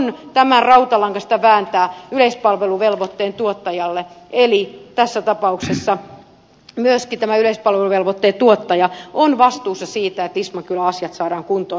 aion tämän rautalangasta vääntää yleispalveluvelvoitteen tuottajalle eli tässä tapauksessa myöskin tämä yleispalveluvelvoitteen tuottaja on vastuussa siitä että lisman kylän asiat saadaan kuntoon